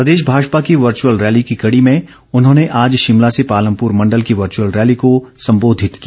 प्रदेश भाजपा की virtual rally की कड़ी में उन्होंने आज शिमला से पालमपूर मंडल की वर्च्अल रैली को संबोधित किया